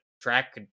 track